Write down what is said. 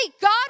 God